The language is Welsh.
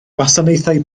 gwasanaethau